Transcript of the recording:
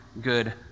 good